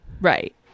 Right